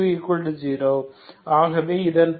ஆகவே இதன் பொருள் Xx0